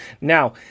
Now